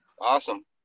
awesome